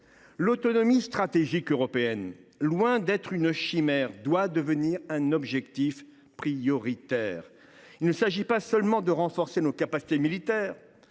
L’autonomie stratégique européenne, loin d’être une chimère, doit devenir un objectif prioritaire. Il s’agit non pas seulement de renforcer nos capacités militaires,